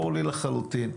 ברור לי לחלוטין מה צריך.